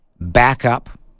Backup